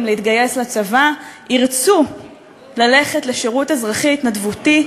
להתגייס לצבא ירצו ללכת לשירות אזרחי התנדבותי,